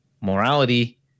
Morality